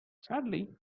sadly